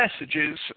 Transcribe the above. messages